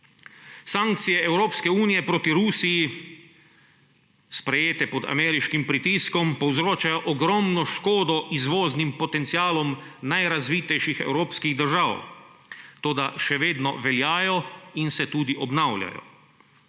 Sankcije Evropske unije proti Rusiji, sprejete pod ameriškim pritiskom, povzročajo ogromno škodo izvoznim potencialom najrazvitejših evropskih držav, toda še vedno veljajo in se tudi obnavljajo.